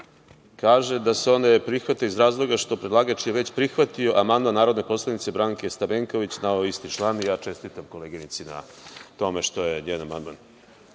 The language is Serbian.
kaže da se on ne prihvata iz razloga što je predlagač već prihvatio amandman narodne poslanice Branke Stamenković na ovaj isti član i ja čestitam koleginici na tome što je njen amandman